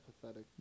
pathetic